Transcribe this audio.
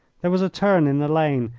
there was a turn in the lane,